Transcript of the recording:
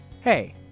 Hey